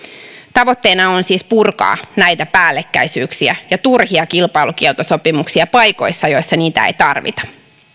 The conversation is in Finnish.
tavoitteena on siis purkaa näitä päällekkäisyyksiä ja turhia kilpailukieltosopimuksia paikoissa joissa niitä ei tarvita